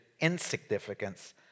insignificance